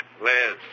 Liz